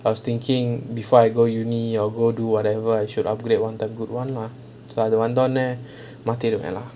I was thinking before I go university or go do whatever I should upgrade one time good one lah அது வந்த ஒடனே மாத்திடுவேன்:athu vantha odanae maathiduvaen lah